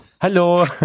Hallo